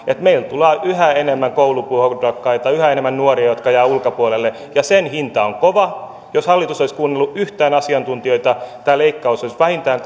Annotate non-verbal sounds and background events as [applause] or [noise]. meille tulee yhä enemmän koulupudokkaita yhä enemmän nuoria jotka jäävät ulkopuolelle ja sen hinta on kova jos hallitus olisi yhtään kuunnellut asiantuntijoita tätä leikkausta olisi vähintään [unintelligible]